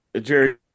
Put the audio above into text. Jerry